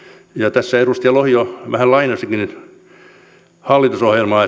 tässä edustaja lohi jo vähän lainasikin hallitusohjelmaa